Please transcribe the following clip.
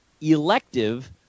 elective